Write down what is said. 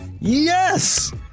Yes